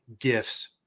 gifts